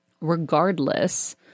regardless